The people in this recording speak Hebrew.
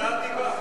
זו הוצאת דיבה.